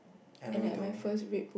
I know you told me